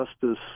Justice